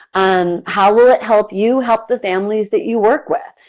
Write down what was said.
and how will it help you help the families that you work with?